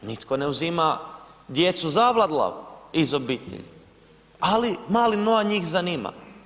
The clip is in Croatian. Nitko ne uzima djecu Zavadlavu iz obitelji, ali mali Noa njih zanima.